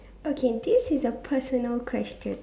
okay this is a personal question